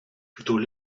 plutôt